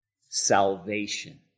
salvation